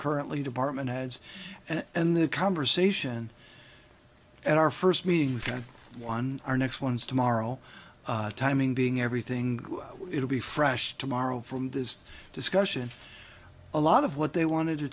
currently department heads and the conversation at our first meeting we've got one our next one's tomorrow timing being everything it'll be fresh tomorrow from this discussion a lot of what they wanted to